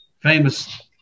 famous